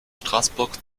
straßburg